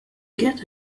get